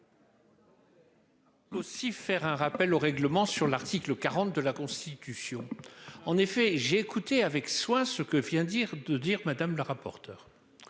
de vote. Aussi faire un rappel au règlement sur l'article 40 de la Constitution, en effet, j'ai écouté avec soin ce que vient dire de dire Madame la rapporteure.